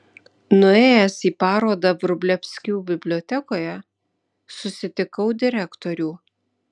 nuėjęs į parodą vrublevskių bibliotekoje susitikau direktorių